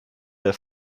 der